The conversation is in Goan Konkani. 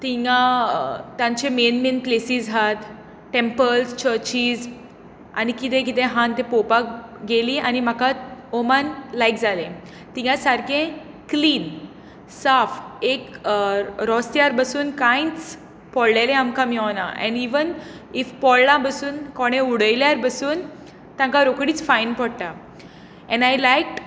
थंय तांचे मेन मेन प्लेसिस आसात टेंपल्स चर्चिस आनी कितें कितें आसात ते पळोवपाक आनी म्हाका ओमान लायक जालें थंय सारकें क्लिन साफ एक रस्त्यार पासून कांयच पडिल्लें आमकां मेळना एण्ड इवन इफ पडलां पासून कोणें उडयल्यार पासून तांकां रोकडीच फायन पडटा एण्ड आय लायक